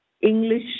English